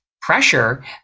pressure